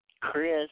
Chris